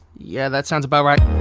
yeah, that sounds about right